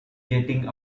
jetting